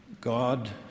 God